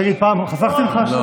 תגיד, פעם חסכתי ממך זמן?